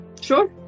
Sure